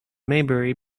maybury